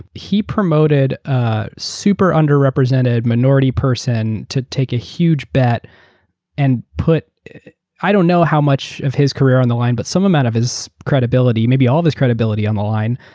he promoted a super under-represented minority person to take a huge bet and put i don't know how much of his career is on the line but some amount of his credibility, maybe all this credibility on the line.